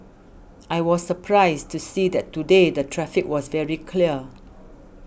I was surprised to see that today the traffic was very clear